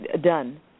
done